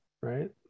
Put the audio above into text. right